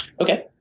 Okay